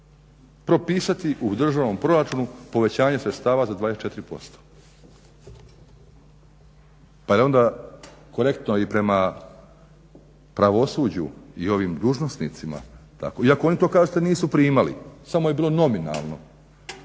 propisati u državno proračunu povećanje sredstava za 24%. Pa je li onda korektno i prema pravosuđu i ovim dužnosnicima iako oni to kažete nisu primali, samo je bilo nominalno.